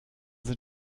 sind